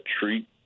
treat